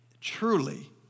truly